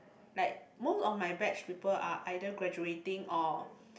like most of my batch people are either graduating or